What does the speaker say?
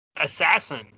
assassin